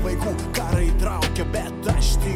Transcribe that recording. vaikų įtraukia bet aš tik